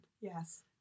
yes